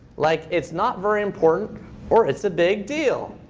like, it's not very important or it's a big deal.